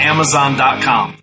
Amazon.com